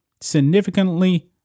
significantly